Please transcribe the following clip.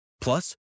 Plus